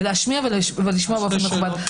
להשמיע ולשמוע באופן מכובד.